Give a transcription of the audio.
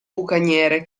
bucaniere